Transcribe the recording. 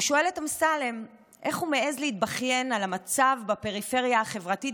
הוא שואל את אמסלם איך הוא מעז להתבכיין על המצב בפריפריה החברתית